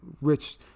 rich